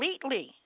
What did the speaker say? completely